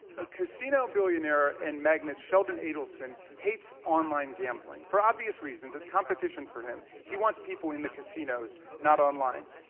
a casino billionaire and magnet sheldon adelson hates online gambling for obvious reason is is competition for him. he wants people in the casinos, not online.